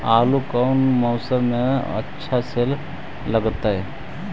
आलू कौन मौसम में अच्छा से लगतैई?